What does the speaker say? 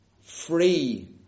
free